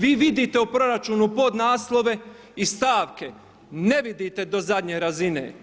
Vi vidite u proračunu podnaslove i stavke, ne vidite do zadnje razine.